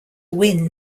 win